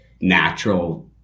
natural